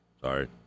Sorry